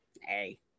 Hey